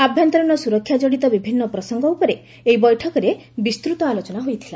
ଆଭ୍ୟନ୍ତରୀଣ ସୁରକ୍ଷା କଡିତ ବିଭିନ୍ନ ପ୍ରସଙ୍ଗ ଉପରେ ଏହି ବୈଠକରେ ବିସ୍ତୃତ ଆଲୋଚନା ହୋଇଥିଲା